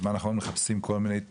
מחפשים כל מיני תארים,